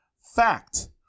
fact